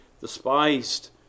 despised